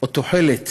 או תוחלת